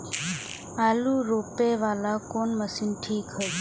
आलू रोपे वाला कोन मशीन ठीक होते?